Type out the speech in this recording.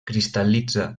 cristal·litza